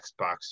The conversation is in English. Xbox